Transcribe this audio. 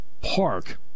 park